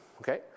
okay